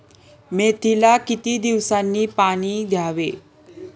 मेथीला किती दिवसांनी पाणी द्यावे?